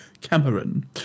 Cameron